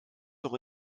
noch